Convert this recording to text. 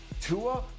Tua